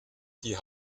die